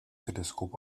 teleskop